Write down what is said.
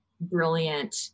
brilliant